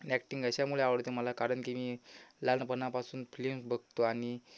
acting अशामुळे आवडते मला कारण की मी लहानपणापासून फ्लिम बघतो आणि